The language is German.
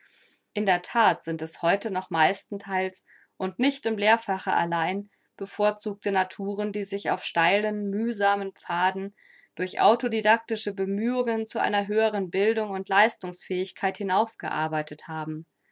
in der that sind es heute noch meistentheils und nicht im lehrfache allein bevorzugte naturen die sich auf steilen mühsamen pfaden durch autodidactische bemühungen zu einer höheren bildung und leistungsfähigkeit hinaufgearbeitet haben